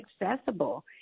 accessible